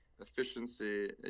efficiency